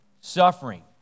suffering